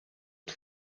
het